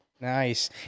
Nice